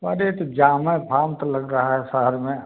अरे तो जाना धाम तो लगा है शहर में